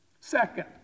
Second